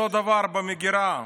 אותו דבר: במגירה.